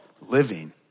living